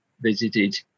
visited